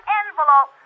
envelope